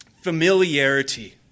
familiarity